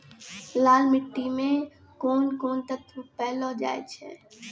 लाल मिट्टी मे कोंन कोंन तत्व पैलो जाय छै?